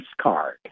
card